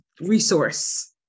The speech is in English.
resource